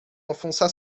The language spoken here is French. enfonça